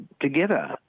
together